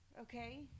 Okay